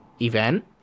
event